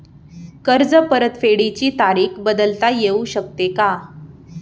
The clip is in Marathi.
कर्ज परतफेडीची तारीख बदलता येऊ शकते का?